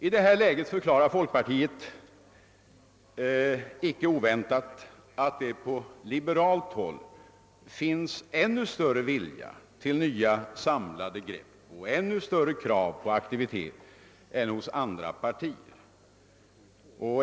I detta läge förklarar folkpartiet — icke oväntat — att det på liberalt håll finns ännu större vilja till nya samlade grepp och ännu större krav på aktivitet än hos andra partier.